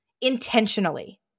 intentionally